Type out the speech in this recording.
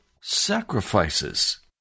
sacrifices